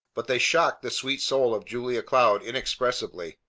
but they shocked the sweet soul of julia cloud inexpressibly.